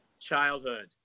childhood